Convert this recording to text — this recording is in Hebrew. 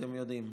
אתם יודעים.